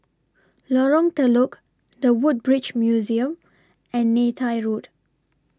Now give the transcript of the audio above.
Lorong Telok The Woodbridge Museum and Neythai Road